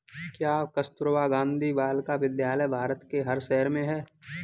क्या कस्तूरबा गांधी बालिका विद्यालय भारत के हर शहर में है?